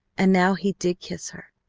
and now he did kiss her,